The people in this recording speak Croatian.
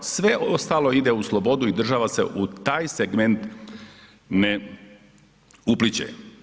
Sve ostalo ide u slobodu i država u taj segment ne upliće.